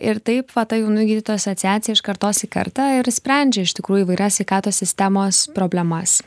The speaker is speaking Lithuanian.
ir taip va ta jaunų gydytojų asociacija iš kartos į kartą ir sprendžia iš tikrųjų įvairias sveikatos sistemos problemas